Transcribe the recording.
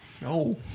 No